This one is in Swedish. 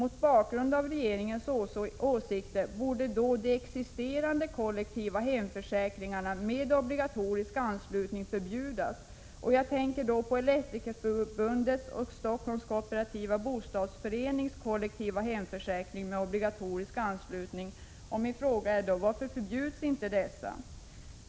Mot bakgrund av regeringens åsikter borde de existerande kollektiva hemförsäkringarna med obligatorisk anslutning förbjudas. Jag tänker på Elektrikerförbundets och Stockholms kooperativa bostadsförenings kollektiva hemförsäkringar med obligatorisk anslutning. Min fråga är: Varför förbjuds inte dessa?